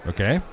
Okay